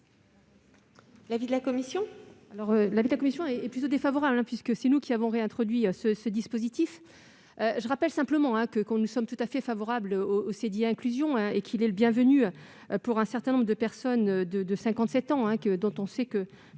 l'avis de la commission ?